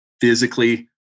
physically